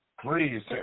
Please